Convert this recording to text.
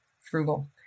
frugal